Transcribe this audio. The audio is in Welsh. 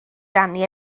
rannu